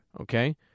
okay